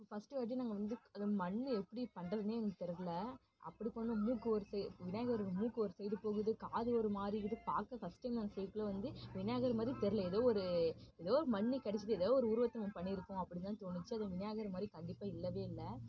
first வாட்டி நாங்கள் வந்து அந்த மண்ணு எப்படி பண்ணுறதுனே எங்களுக்கு தெரில அப்படி பண்ணிணோம் மூக்கு ஒரு சைடு விநாயகருக்கு மூக்கு ஒரு சைடு போகுது காது ஒருமாதிரி இருக்குது பார்க்க சக்திமான் ஷேப்பில் வந்து விநாயகர் மாதிரி தெரில எதோ ஏதோ ஒரு மண்ணு கிடச்சிது ஏதோ ஒரு உருவத்தை நம்ம பண்ணியிருக்கோம் அப்படின்தான் தோணுச்சு அது விநாயகர் மாதிரி கண்டிப்பாக இல்லைவே இல்லை